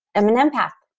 i'm an empath.